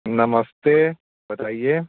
नमस्ते बताइए